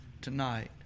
tonight